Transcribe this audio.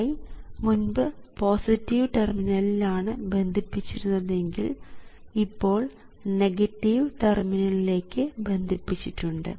Vi മുൻപ് positive ടെർമിനലിൽ ആണ് ബന്ധിപ്പിച്ചിരുന്നത് എങ്കിൽ ഇപ്പോൾ നെഗറ്റീവ് ടെർമിനലിലേക്ക് ബന്ധിപ്പിച്ചിട്ടുണ്ട്